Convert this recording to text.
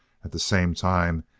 at the same time,